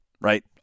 right